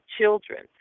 children